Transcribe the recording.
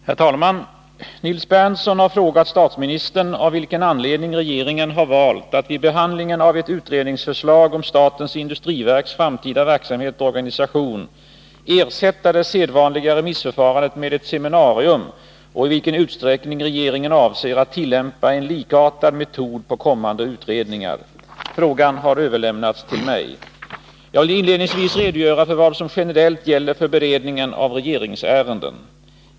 Herr talman! Nils Berndtson har frågat statsministern av vilken anledning regeringen har valt att vid behandlingen av ett utredningsförslag om statens industriverks framtida verksamhet och organisation ersätta det sedvanliga remissförfarandet med ett seminarium och i vilken utsträckning regeringen avser att tillämpa en likartad metod på kommande utredningar. Frågan har överlämnats till mig. Jag vill inledningsvis redogöra för vad som generellt gäller för beredningen av regeringsärenden.